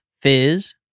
Fizz